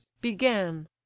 began